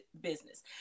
business